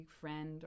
friend